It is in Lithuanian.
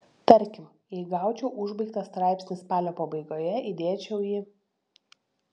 tarkim jei gaučiau užbaigtą straipsnį spalio pabaigoje įdėčiau į